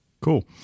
Cool